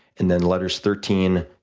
and, then letters thirteen,